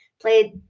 played